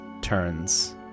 turns